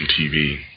TV